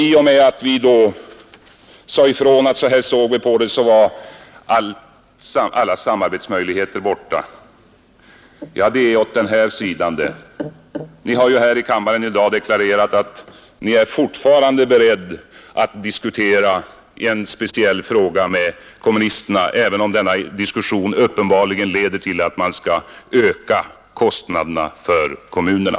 I och med att vi sade ifrån att vi såg problemen så här, var alla samarbetsmöjligheter borta säger herr Palme. Ja, åt den här sidan. Ni har ju här i kammaren i dag deklarerat att ni fortfarande är beredda att diskutera en speciell fråga med kommunisterna, även om denna diskussion uppenbarligen leder till att man skall öka kostnaderna för kommunerna.